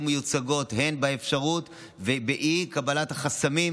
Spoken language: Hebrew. מיוצגות הן באפשרות ובאי-קבלת החסמים,